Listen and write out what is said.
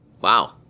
Wow